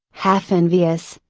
half envious,